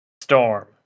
Storm